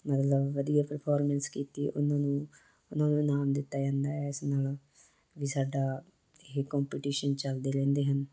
ਮਤਲਬ ਵਧੀਆ ਪਰਫੋਰਮੈਂਸ ਕੀਤੀ ਆ ਉਹਨਾਂ ਨੂੰ ਉਹਨਾਂ ਨੂੰ ਇਨਾਮ ਦਿੱਤਾ ਜਾਂਦਾ ਇਸ ਨਾਲ ਵੀ ਸਾਡਾ ਇਹ ਕੰਪਟੀਸ਼ਨ ਚੱਲਦੇ ਰਹਿੰਦੇ ਹਨ